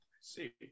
See